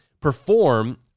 perform